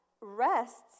rests